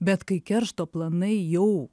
bet kai keršto planai jau